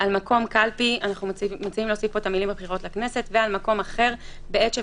לגבי מקום קלפי וכל מקום אחר בזמן שהוא משמש